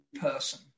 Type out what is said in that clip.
person